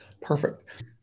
perfect